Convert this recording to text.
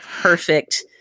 perfect